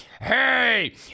Hey